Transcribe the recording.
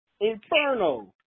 inferno